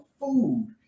food